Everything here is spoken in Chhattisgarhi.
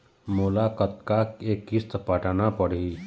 मोला कतका के किस्त पटाना पड़ही?